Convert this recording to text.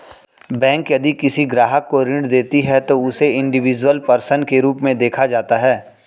bank यदि किसी ग्राहक को ऋण देती है तो उसे इंडिविजुअल पर्सन के रूप में देखा जाता है